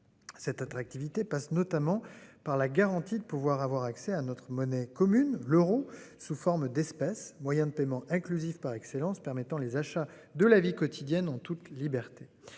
Cette attractivité passe notamment par la garantie de pouvoir avoir accès à notre monnaie commune, l'euro sous forme d'espèces moyen de paiement inclusifs par excellence, permettant les achats. De la vie quotidienne en toute liberté.